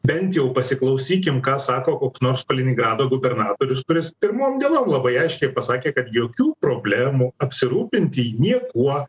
bent jau pasiklausykim ką sako koks nors kaliningrado gubernatorius kuris pirmom dienom labai aiškiai pasakė kad jokių problemų apsirūpinti niekuo